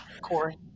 Corey